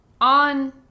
on